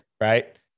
Right